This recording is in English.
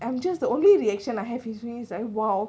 um just the only reaction I have with me is like !wow!